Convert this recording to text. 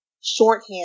shorthand